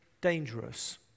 dangerous